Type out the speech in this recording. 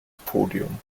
podium